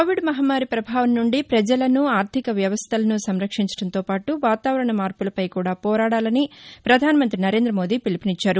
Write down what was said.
Covid మహమ్నారి పభావం నుండి ప్రజలను ఆర్లిక వ్యవస్థలను సంరక్షించడంతో పాటు వాతావరణ మార్పులపై కూడా పోరాడాలని ప్రధానమంతి నరేంద్రమోదీ పిలుపునిచ్చారు